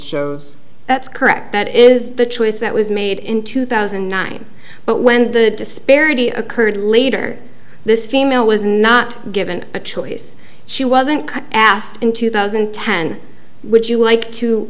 shows that's correct that is the choice that was made in two thousand and nine but when the disparity occurred later this female was not given a choice she wasn't asked in two thousand and ten would you like to